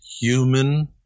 human